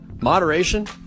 moderation